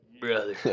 brother